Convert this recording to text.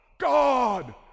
God